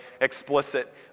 explicit